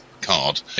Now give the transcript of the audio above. card